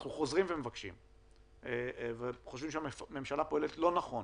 אנחנו חושבים שהממשלה פועלת לא נכון